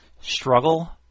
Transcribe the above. Struggle